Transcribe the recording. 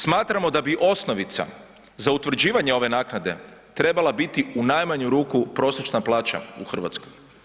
Smatramo da bi osnovica za utvrđivanje ove naknade treba biti u najmanju ruku prosječna plaća u Hrvatskoj.